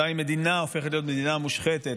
מתי מדינה הופכת להיות מדינה מושחתת?